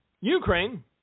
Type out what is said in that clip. Ukraine